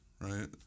right